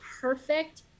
perfect